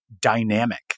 dynamic